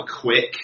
quick